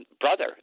brother